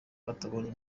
batabonye